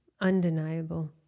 undeniable